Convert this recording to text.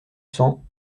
cents